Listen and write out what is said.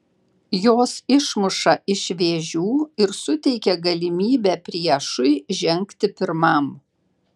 jos išmuša iš vėžių ir suteikia galimybę priešui žengti pirmam